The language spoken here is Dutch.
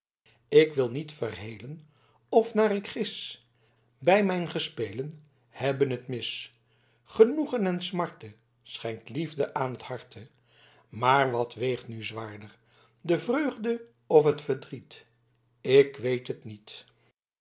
k wil niet verhelen of naar ik gis beî mijn gespelen hebben het mis genoegen en smarte schenkt liefde aan het harte maar wat weegt nu zwaarder de vreugde of t verdriet ik weet het niet